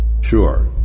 Sure